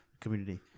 Community